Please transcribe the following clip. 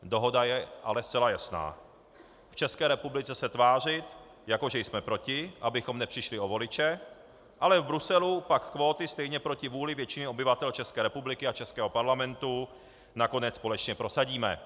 Dohoda je ale zcela jasná: v České republice se tvářit, jako že jsme proti, abychom nepřišli o voliče, ale v Bruselu pak kvóty stejně proti vůli většiny obyvatel České republiky a českého parlamentu nakonec společně prosadíme.